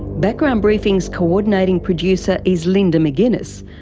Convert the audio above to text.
background briefing's coordinating producer is linda mcginness,